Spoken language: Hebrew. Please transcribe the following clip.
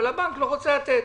אבל הבנק לא רוצה לתת,